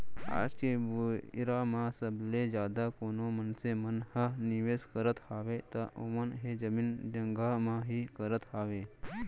आज के बेरा म सबले जादा कोनो मनसे मन ह निवेस करत हावय त ओमन ह जमीन जघा म ही करत हावय